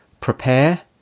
Prepare